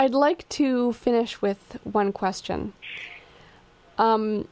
i'd like to finish with one question